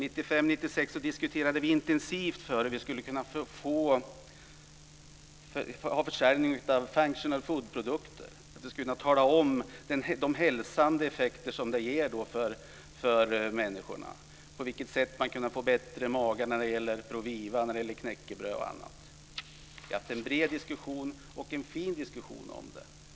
1995/96 diskuterade vi intensivt hur vi skulle kunna få försäljning av functional food-produkter och tala om de hälsobringande effekter som de ger för människor, t.ex. hur man kan få en bättre mage av Proviva, knäckebröd och annat. Vi har haft en bred och fin diskussion om det.